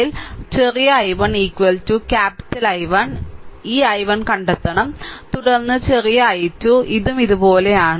അതിനാൽ ചെറിയ I1 capital I1 ഈ I1 കണ്ടെത്തണം തുടർന്ന് ചെറിയ I2 ഇതും ഇതുപോലെയാണ്